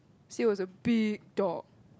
she was a big dog